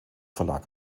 verlag